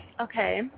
Okay